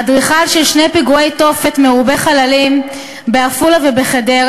אדריכל של שני פיגועי תופת מרובי חללים בעפולה ובחדרה,